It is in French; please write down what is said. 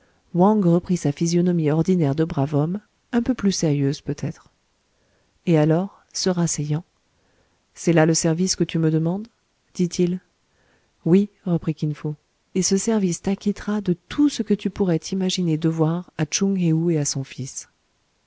wang reprit sa physionomie ordinaire de brave homme un peu plus sérieuse peutêtre et alors se rasseyant c'est là le service que tu me demandes dit-il oui reprit kin fo et ce service t'acquittera de tout ce que tu pourrais t'imaginer devoir à tchoung héou et à son fils